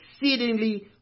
exceedingly